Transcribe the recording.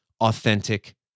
authentic